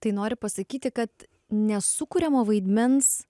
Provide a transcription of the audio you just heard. tai nori pasakyti kad nesukuriamo vaidmens